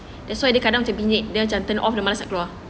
that's why dia kadang macam bingit dia macam turn off dia malas keluar